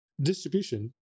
distribution